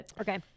Okay